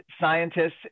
scientists